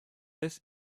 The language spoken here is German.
des